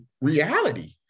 Reality